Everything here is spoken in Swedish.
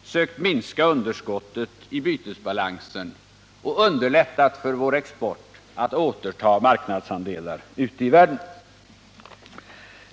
och sökt minska underskottet i bytesbalansen. Det har underlättat för vår export att återta marknadsandelar ute i världen.